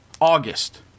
August